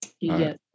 Yes